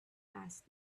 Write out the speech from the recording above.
asked